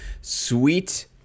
Sweet